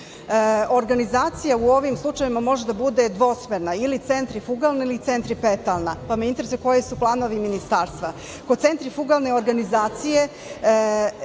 Organizacija u ovim slučajevima može da bude dvosmerna, ili centrifugalna ili centripetalna, pa me interesuje koji su planovi Ministarstva. Kod centrifugalne organizacije